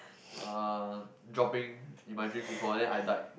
uh dropping in my dreams before then I died